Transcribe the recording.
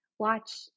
watch